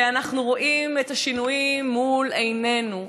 ואנחנו רואים את השינויים מול עינינו.